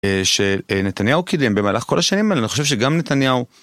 שנתניהו קידם במהלך כל השנים האלה, אני חושב שגם נתניהו.